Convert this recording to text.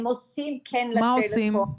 הם עושים --- מה הם עושים?